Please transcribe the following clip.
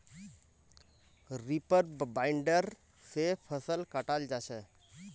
reaper binder से फसल कटाल जा छ